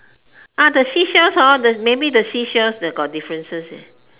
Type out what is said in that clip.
the seashells hor the maybe the seashells the got differences